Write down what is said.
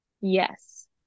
Yes